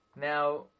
Now